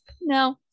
No